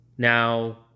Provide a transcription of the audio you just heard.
Now